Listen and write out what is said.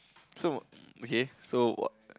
so okay so what